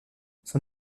son